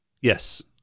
Yes